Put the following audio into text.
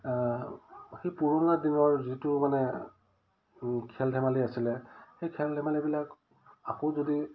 সেই পুৰণা দিনৰ যিটো মানে খেল ধেমালি আছিলে সেই খেল ধেমালিবিলাক আকৌ যদি